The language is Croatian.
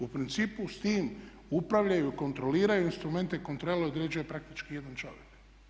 U principu s tim upravljaju i kontroliraju instrumente kontrole određuje praktički jedan čovjek.